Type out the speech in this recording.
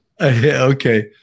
Okay